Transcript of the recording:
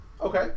Okay